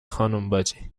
خانمباجی